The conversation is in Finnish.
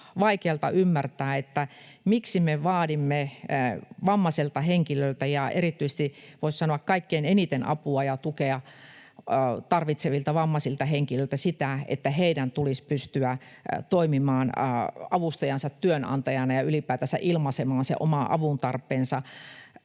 vaikealta ymmärtää, että miksi me vaadimme vammaiselta henkilöltä ja erityisesti, voisi sanoa, kaikkein eniten apua ja tukea tarvitsevilta vammaisilta henkilöiltä sitä, että heidän tulisi pystyä toimimaan avustajansa työnantajana ja ylipäätänsä ilmaisemaan se oma avuntarpeensa.